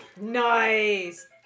Nice